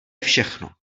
všechno